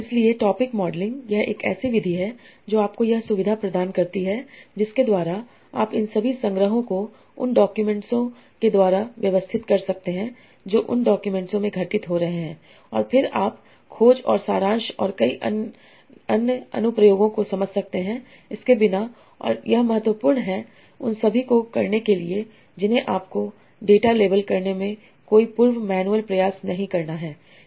इसलिए topic modelling यह एक ऐसी विधि है जो आपको यह सुविधा प्रदान करती है जिसके द्वारा आप इन सभी संग्रहों को उन डॉक्यूमेंट्सों के द्वारा व्यवस्थित कर सकते हैं जो उन डॉक्यूमेंट्सों में घटित हो रहे हैं और फिर आप खोज और सारांश और अन्य कई अनु प्रयोगों को समझ सकते हैं इसके बिना और यह महत्वपूर्ण है उन सभी को करने के लिए जिन्हें आपको डेटा लेबल करने में कोई पूर्व मैनुअल प्रयास नहीं करना है